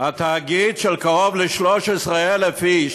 התאגיד של קרוב ל-13,000 איש,